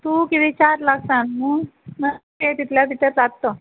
तूं कितें चार लाक सांगले न्हय मा तें तितल्या भितर जाता तो